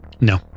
No